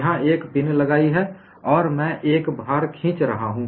यहां एक पिन यहाँ लगाई और मैं एक भार खींच रहा हूं